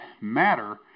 matter